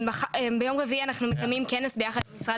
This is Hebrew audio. ביום רביעי אנחנו מקיימים כנס ביחד עם משרד